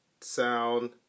sound